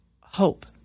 hope